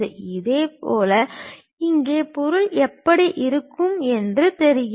இதேபோல் இங்கே பொருள் எப்படி இருக்கும் என்று தெரிகிறது